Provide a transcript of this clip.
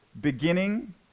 beginning